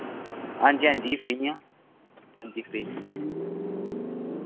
हांजी हांजी फ्री आं हांजी फ्री